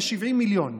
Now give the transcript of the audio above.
ל-70 מיליון,